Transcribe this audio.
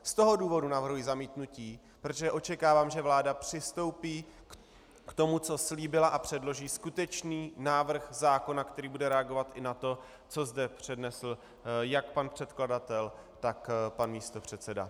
Z toho důvodu navrhuji zamítnutí, protože očekávám, že vláda přistoupí k tomu, co slíbila, a předloží skutečný návrh zákona, který bude reagovat i na to, co zde přednesl jak pan předkladatel, tak pan místopředseda.